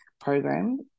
program